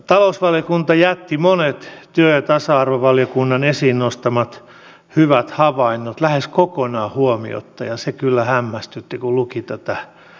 talousvaliokunta jätti monet työ ja tasa arvovaliokunnan esiin nostamat hyvät havainnot lähes kokonaan huomiotta ja se kyllä hämmästytti kun luki tätä mietintöä